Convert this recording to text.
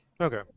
Okay